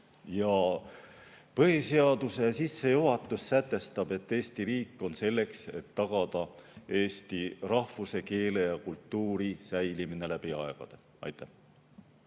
Põhiseaduse sissejuhatus sätestab, et Eesti riik on selleks, et tagada eesti rahvuse, keele ja kultuuri säilimine läbi aegade. Aitäh!